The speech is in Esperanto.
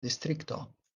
distrikto